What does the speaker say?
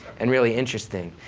and really interesting.